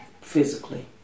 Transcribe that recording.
physically